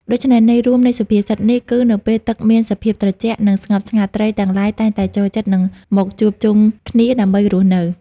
ដូច្នេះ ន័យរួមនៃសុភាសិតនេះគឺ នៅពេលទឹកមានសភាពត្រជាក់ និងស្ងប់ស្ងាត់ ត្រីទាំងឡាយតែងតែចូលចិត្ត និងមកជួបជុំគ្នា ដើម្បីរស់នៅ។